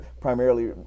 primarily